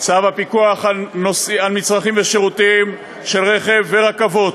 צו הפיקוח על מצרכים ושירותים של רכב ורכבות,